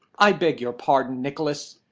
i beg your pardon, nicholas.